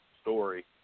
story